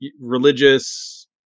religious